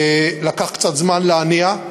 לקח קצת זמן להניע.